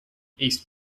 east